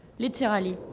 literally,